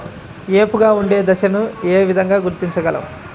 ఏపుగా ఉండే దశను ఏ విధంగా గుర్తించగలం?